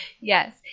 Yes